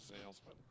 salesman